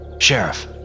Sheriff